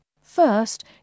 First